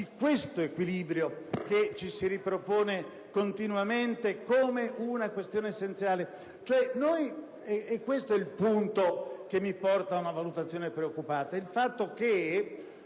di questo equilibrio che ci si ripropone continuamente come una questione essenziale. Questo è il punto che mi porta ad esprimere una valutazione preoccupata.